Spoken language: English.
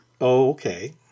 Okay